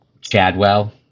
Chadwell